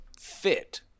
fit